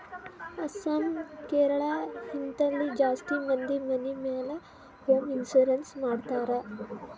ಅಸ್ಸಾಂ, ಕೇರಳ, ಹಿಂತಲ್ಲಿ ಜಾಸ್ತಿ ಮಂದಿ ಮನಿ ಮ್ಯಾಲ ಹೋಂ ಇನ್ಸೂರೆನ್ಸ್ ಮಾಡ್ತಾರ್